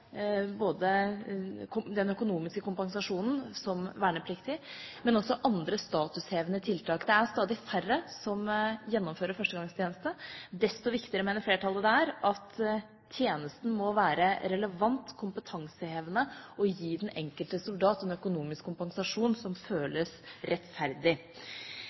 den økonomiske kompensasjonen for vernepliktige og også om andre statushevende tiltak. Det er stadig færre som gjennomfører førstegangstjeneste. Desto viktigere mener flertallet det er at tjenesten må være relevant, kompetansehevende og gi den enkelte soldat en økonomisk kompensasjon som føles rettferdig.